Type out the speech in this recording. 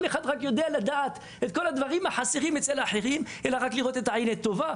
לא לראות את כל הדברים החסרים אצל אחרים אלא רק את הדברים הטובים,